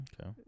Okay